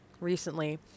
recently